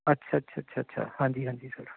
ਅੱਛਾ ਅੱਛਾ ਅੱਛਾ ਅੱਛਾ ਹਾਂਜੀ ਹਾਂਜੀ ਸਰ